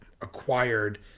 acquired